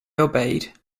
obeyed